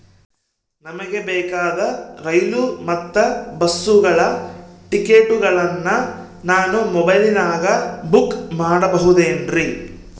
ನಮಗೆ ಬೇಕಾದ ರೈಲು ಮತ್ತ ಬಸ್ಸುಗಳ ಟಿಕೆಟುಗಳನ್ನ ನಾನು ಮೊಬೈಲಿನಾಗ ಬುಕ್ ಮಾಡಬಹುದೇನ್ರಿ?